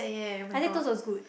Isaac Toast was good